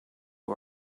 who